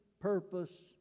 purpose